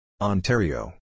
Ontario